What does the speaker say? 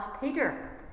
Peter